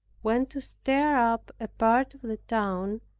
went to stir up a part of the town,